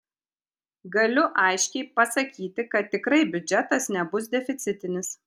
galiu aiškiai pasakyti kad tikrai biudžetas nebus deficitinis